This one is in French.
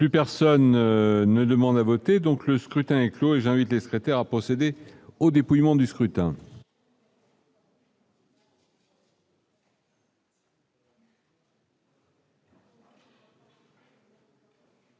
Plus personne ne demande à voter, donc le scrutin est clos et j'invite les secrétaires à procéder au dépouillement du scrutin.